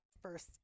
first